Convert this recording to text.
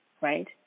right